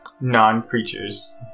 Non-creatures